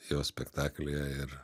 jo spektaklyje ir